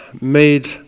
made